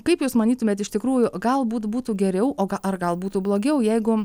kaip jūs manytumėt iš tikrųjų galbūt būtų geriau o ar gal būtų blogiau jeigu